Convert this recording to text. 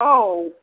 औ